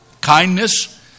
kindness